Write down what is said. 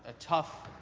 ah tough,